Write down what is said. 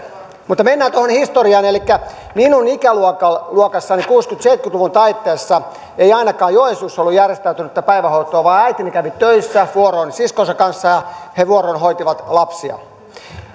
mutta mennään tuohon historiaan minun ikäluokassani kuusikymmentä viiva seitsemänkymmentä luvun taitteessa ei ainakaan joensuussa ollut järjestäytynyttä päivähoitoa vaan äitini kävi töissä vuoroin siskonsa kanssa ja he vuoroin hoitivat lapsia